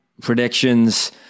predictions